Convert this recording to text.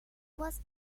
was